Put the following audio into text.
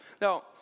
Now